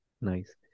nice